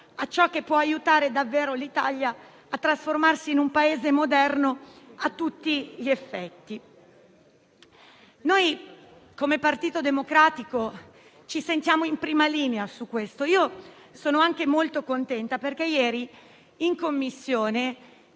a ciò che può aiutare davvero l'Italia a trasformarsi in un Paese moderno a tutti gli effetti. Noi, come Partito Democratico, ci sentiamo in prima linea su questo. Sono molto contenta perché ieri in Commissione